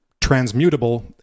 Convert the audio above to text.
transmutable